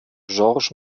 georges